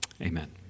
amen